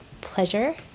pleasure